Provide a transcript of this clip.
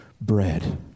bread